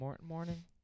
Morning